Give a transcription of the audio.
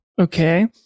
okay